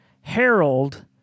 Harold